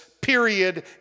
period